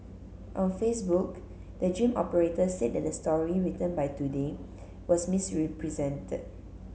on Facebook the gym operator said that the story written by Today was misrepresented